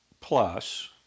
Plus